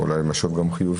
אולי גם משוב חיובי?